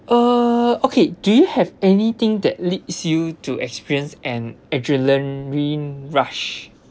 uh okay do you have anything that leads you to experience an adrenaline rush